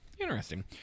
Interesting